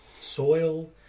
soil